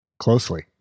Closely